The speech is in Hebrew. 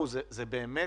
אלה באמת